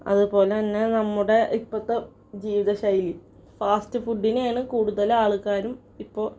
അതുപോലെ തന്നെ നമ്മുടെ ഇപ്പോഴത്തെ ജീവിത ശൈലി ഫാസ്റ്റ് ഫുഡ്ഡിനെയാണ് കൂടുതലാൾക്കാരും ഇപ്പോൾ